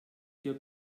ihr